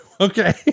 okay